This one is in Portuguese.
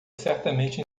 certamente